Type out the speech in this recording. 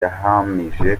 yahamije